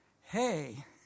hey